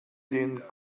den